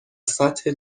سطح